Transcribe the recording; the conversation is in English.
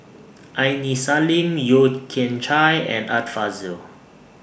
Aini Salim Yeo Kian Chai and Art Fazil